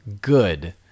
good